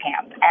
camp